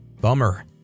Bummer